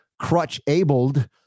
crutch-abled